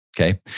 Okay